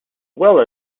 well